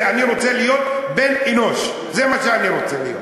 אני רוצה להיות בן-אנוש, זה מה שאני רוצה להיות.